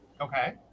Okay